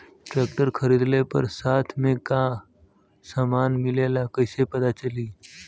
Tractor खरीदले पर साथ में का समान मिलेला कईसे पता चली?